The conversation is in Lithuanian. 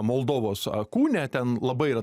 moldovos kūne ten labai yra